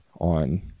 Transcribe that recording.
on